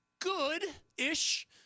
good-ish